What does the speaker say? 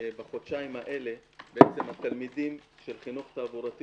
בחודשיים האלה התלמידים של חינוך תעבורתי